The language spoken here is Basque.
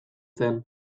zen